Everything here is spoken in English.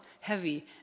heavy